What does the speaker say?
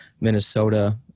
Minnesota